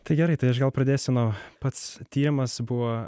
tai gerai tai aš gal pradėsiu nuo pats tyrimas buvo